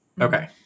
Okay